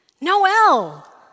Noel